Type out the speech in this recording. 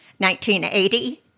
1980